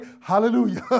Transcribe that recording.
Hallelujah